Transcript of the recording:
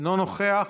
אינו נוכח,